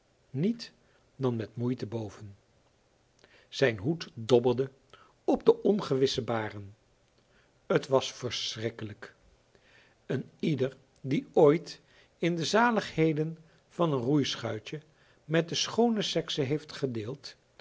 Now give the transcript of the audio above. niet dan met moeite boven zijn hoed dobberde op de ongewisse baren het was verschrikkelijk een ieder die ooit in de zaligheden van een roeischuitje met de schoone sekse heeft gedeeld